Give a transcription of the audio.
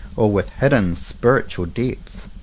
or with hidden spiritual depths.